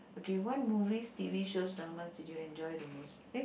okay what movie t_v shows dramas did you enjoy the most eh